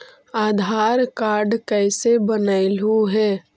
आधार card कईसे बनैलहु हे?